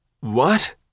What